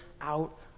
out